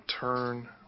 turn